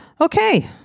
Okay